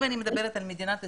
אם אני מדברת על מדינת ישראל,